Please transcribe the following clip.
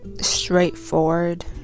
Straightforward